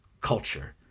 culture